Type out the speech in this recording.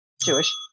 Jewish